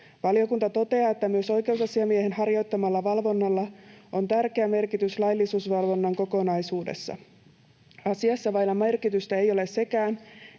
Valiokunta toteaa, että ”myös oikeusasiamiehen harjoittamalla valvonnalla on tärkeä merkitys laillisuusvalvonnan kokonaisuudessa”. Asiassa vailla merkitystä ei ole sekään,